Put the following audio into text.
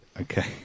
Okay